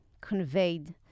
conveyed